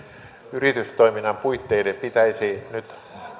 yritystoiminnan puitteiden pitäisi nyt